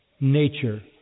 nature